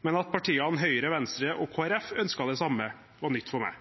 men at partiene Høyre, Venstre og Kristelig Folkeparti ønsket det samme, var nytt for meg.